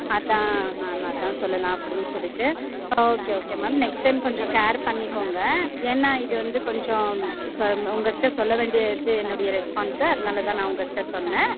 அதான் மேம் அதான் சொல்லலாம் அப்படின்னு சொல்லிகிட்டு ஆ okay okay ma'am next time கொஞ்சம் கேர் பண்ணிக்கோங்கள் ஏனால் இது வந்து கொஞ்சம் க உங்ககிட்ட சொல்ல வேண்டியது என்னுடைய ரெஸ்பான்ஸு அதனால் தான் நான் உங்ககிட்ட சொன்னேன்